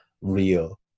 real